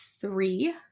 three